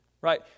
right